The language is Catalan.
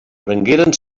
prengueren